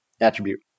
attribute